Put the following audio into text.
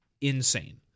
insane